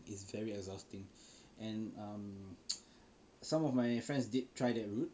is very exhausting and um some of my friends did try that route